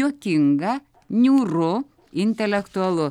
juokinga niūru intelektualu